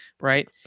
right